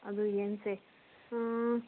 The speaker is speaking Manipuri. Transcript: ꯑꯗꯨ ꯌꯦꯡꯁꯦ